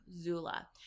Zula